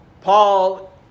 Paul